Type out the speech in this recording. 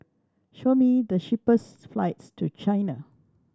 show me the cheapest flights to China